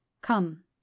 Come